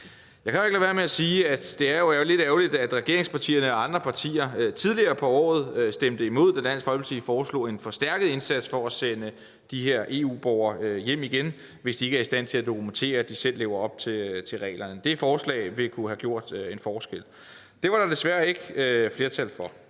Jeg kan jo ikke lade være med at sige, at det er lidt ærgerligt, at regeringspartierne og andre partier tidligere på året stemte imod, da Dansk Folkeparti foreslog en forstærket indsats for at sende de her EU-borgere hjem igen, hvis de ikke er i stand til at dokumentere, at de lever op til reglerne. Det forslag ville kunne have gjort en forskel. Det var der desværre ikke flertal for.